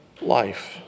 life